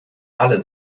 alle